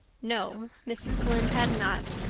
no, mrs. lynde had not.